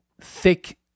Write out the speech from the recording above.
thick